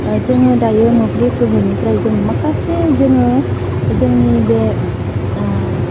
जोङो दायो मोब्लिब गोहोनिफ्राय जों माखासे जोङो जोंनि बे